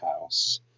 house